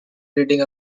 reading